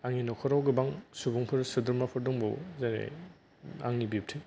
आंनि नखराव गोबां सुबुंफोर सोद्रोमाफोर दंबावो जेरै आंनि बिबथै